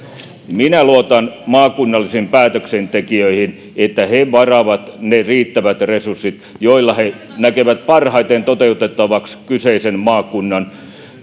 minä luotan maakunnallisiin päätöksentekijöihin siihen että he varaavat ne riittävät resurssit joilla he näkevät parhaiten toteutettavaksi kyseisen maakunnan